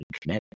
connect